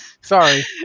Sorry